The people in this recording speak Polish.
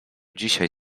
dzisiaj